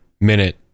minute